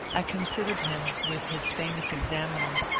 i considered him, with his famous examiner,